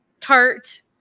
tart